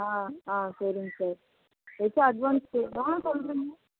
ஆ ஆ சரிங்க சார் ஏதாச்சும் அட்வான்ஸ் தேவைன்னா சொல்லுங்க